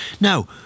Now